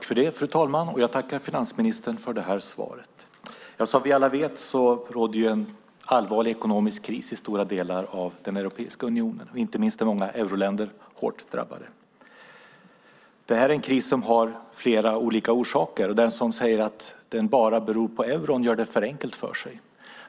Fru talman! Jag tackar finansministern för svaret. Som vi alla vet råder en allvarlig ekonomisk kris i stora delar av Europeiska unionen. Inte minst är många euroländer hårt drabbade. Det är en kris som har flera olika orsaker. Den som säger att den bara beror på euron gör det för enkelt för sig.